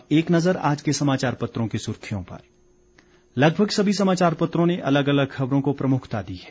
अब एक नजर अखबारों की सुर्खियों पर लगभग सभी समाचार पत्रों ने अलग अलग खबरों को प्रमुखता दी है